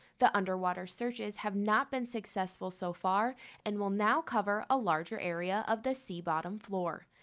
the underwater searches have not been successful so far and will now cover a larger area of the sea bottom floor.